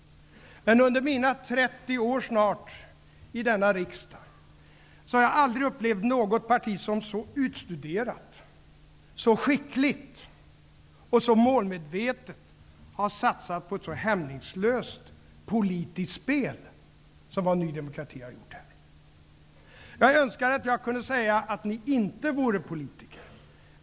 Under mina snart 30 år i riksdagen har jag aldrig sett ett parti som så utstuderat, så skickligt och så målmedvetet har satsat på ett så hämningslöst politiskt spel som Ny demokrati har gjort. Jag önskar att jag kunde säga att ni inte är politiker.